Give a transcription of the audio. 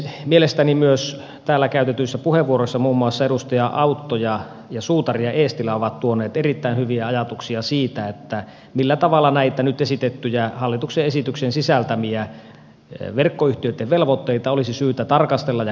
mielestäni myös täällä käytetyissä puheenvuoroissa muun muassa edustaja autto ja suutari ja eestilä ovat tuoneet erittäin hyviä ajatuksia siitä millä tavalla näitä nyt esitettyjä hallituksen esityksen sisältämiä verkkoyhtiöitten velvoitteita olisi syytä tarkastella ja kohtuullistaa